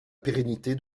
pérennité